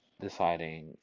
deciding